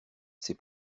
ses